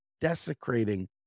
desecrating